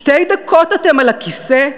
שתי דקות אתם על הכיסא,